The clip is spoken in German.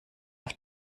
auf